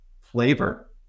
flavor